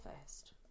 first